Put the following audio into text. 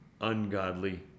ungodly